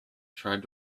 tried